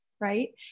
right